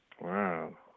Wow